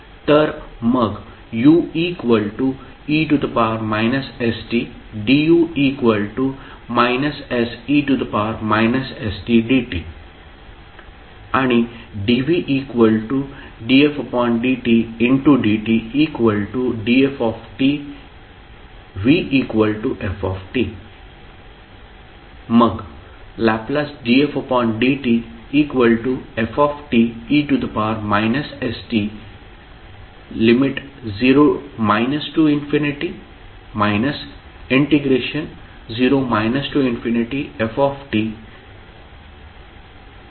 तर मग u e−st du −se−st dt आणि dv dfdt dt df v f